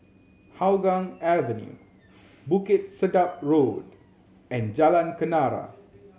Hougang Avenue Bukit Sedap Road and Jalan Kenarah